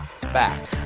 back